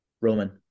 Roman